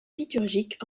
liturgiques